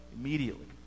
Immediately